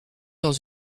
dans